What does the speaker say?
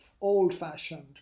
old-fashioned